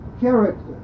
character